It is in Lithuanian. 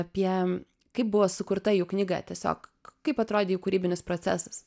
apie kaip buvo sukurta jų knyga tiesiog kaip atrodė jų kūrybinis procesas